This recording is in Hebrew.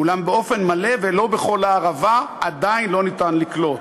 אולם באופן מלא, בכל הערבה, עדיין לא ניתן לקלוט.